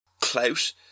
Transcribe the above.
clout